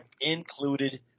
included